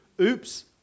Oops